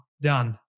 done